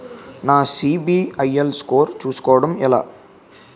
నా సిబిఐఎల్ స్కోర్ చుస్కోవడం ఎలా?